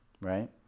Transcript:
right